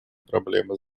проблемы